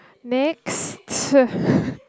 next